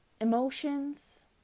emotions